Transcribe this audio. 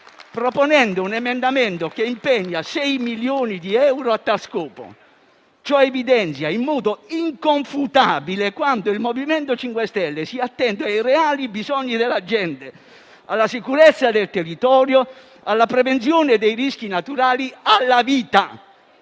proponendo un emendamento che impegna 6 milioni di euro a tale scopo. Ciò evidenzia in modo inconfutabile quanto il MoVimento 5 Stelle sia attento ai reali bisogni della gente, alla sicurezza del territorio, alla prevenzione dei rischi naturali e alla vita.